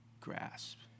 grasp